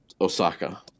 Osaka